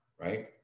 right